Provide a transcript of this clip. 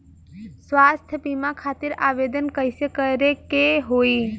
स्वास्थ्य बीमा खातिर आवेदन कइसे करे के होई?